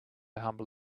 humble